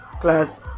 class